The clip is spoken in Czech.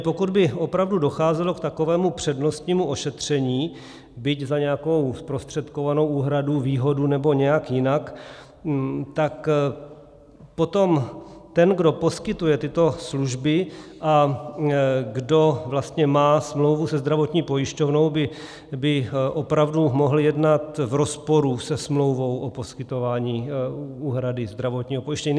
Pokud by opravdu docházelo k takovému přednostnímu ošetření, byť za nějakou zprostředkovanou úhradu, výhodu nebo nějak jinak, tak potom ten, kdo poskytuje tyto služby a kdo vlastně má smlouvu se zdravotní pojišťovnou, by opravdu mohl jednat v rozporu se smlouvou o poskytování úhrady zdravotního pojištění.